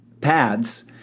paths